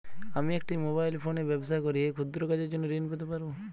আমি একটি মোবাইল ফোনে ব্যবসা করি এই ক্ষুদ্র কাজের জন্য ঋণ পেতে পারব?